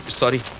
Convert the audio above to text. sorry